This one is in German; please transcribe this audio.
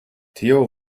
theo